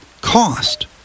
cost